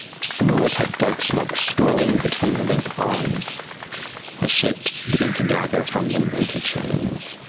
similar type dark smoke swirling between your linked arms as shapes begin to gather from them into chains.